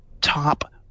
top